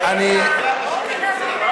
מופיע "חיליק בר", ואני